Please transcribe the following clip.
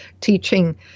teaching